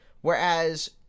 Whereas